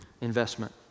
investment